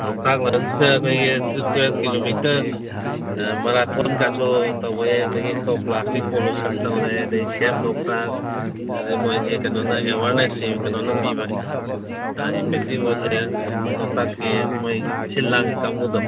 ꯂꯣꯛꯇꯥꯛ ꯂꯝꯁꯤꯗ ꯑꯩꯈꯣꯏꯒꯤ ꯀꯤꯂꯣꯃꯤꯇꯔ ꯃꯔꯥꯊꯣꯟꯒꯁꯨ ꯇꯧꯕ ꯌꯥꯏ ꯑꯗꯒꯤ ꯑꯇꯣꯞꯄ ꯄ꯭ꯂꯥꯁꯇꯤꯛ ꯄꯣꯂꯨꯁꯟ ꯇꯧꯔꯦ ꯑꯗꯒꯤ ꯁꯦꯚ ꯂꯣꯛꯇꯥꯛ ꯑꯗꯒꯤ ꯃꯣꯏꯁꯦ ꯀꯩꯅꯣꯅ ꯑꯦꯋꯥꯔꯅꯦꯁꯁꯦ ꯀꯩꯅꯣꯅ ꯄꯤꯕ ꯍꯥꯏꯗꯤ ꯐꯤꯐꯇꯤ ꯐꯣꯔ ꯗꯦ ꯂꯣꯛꯇꯥꯛꯀꯤ ꯃꯣꯏꯒꯤ ꯁꯤꯜ ꯂꯥꯡꯉꯤ ꯀꯥꯡꯒꯨꯗꯣ